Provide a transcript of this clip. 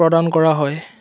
প্ৰদান কৰা হয়